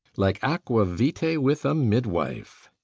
like aqua-vitae with a midwife.